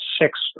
six